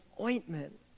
ointment